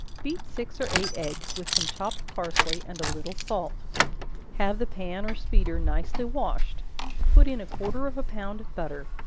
beat six or eight eggs, with some chopped parsley and a little salt have the pan or speeder nicely washed put in a quarter of a pound of butter,